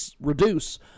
reduce